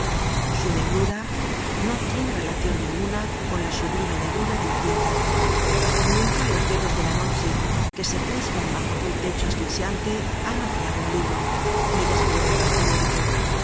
su negrura no tiene relacion ninguna con la sublime negrura de la tinta nunca los dedos de la noche que se crispan bajo aquel lecho asfixiante han hojeado un libro ni desplegado un periódico